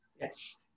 Yes